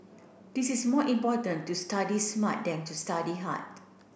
this is more important to study smart than to study hard